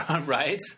Right